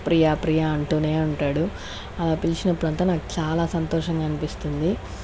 ప్రియా ప్రియా అంటూనే ఉంటాడు ఆ పిలిచినప్పుడు అంతా నాకు చాలా సంతోషంగా అనిపిస్తుంది